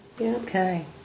Okay